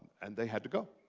and they had to go.